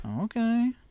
Okay